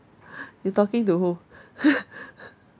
you talking to who